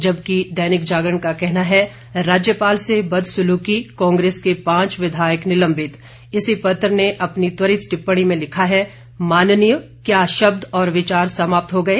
जबकि दैनिक जागरण का कहना है राज्यपाल से बदसुलूकी कांग्रेस के पांच विधायक निलंबित इसी पत्र ने अपनी त्वरित टिप्पणी में लिखा है माननीय क्या शब्द और विचार समाप्त हो गए